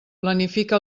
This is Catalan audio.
planifica